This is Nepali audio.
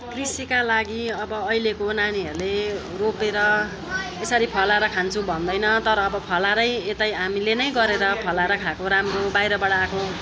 कृषिका लागि अब अहिलेको नानीहरूले रोपेर यसरी फलाएर खान्छु भन्दैन तर फलाएरै यतै हामीले नै गरेर फलार खाएको राम्रो बाहिरबाट आएको